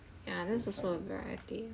and finance